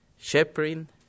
shepherding